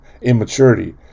immaturity